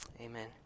Amen